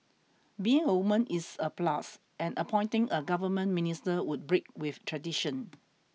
being a woman is a plus and appointing a government minister would break with tradition